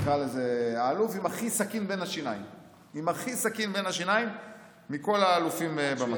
האלוף עם הכי סכין בין השיניים מכל האלופים במטה.